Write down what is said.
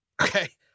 Okay